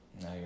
no